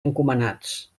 encomanats